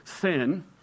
sin